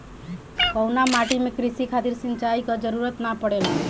कउना माटी में क़ृषि खातिर सिंचाई क जरूरत ना पड़ेला?